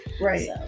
Right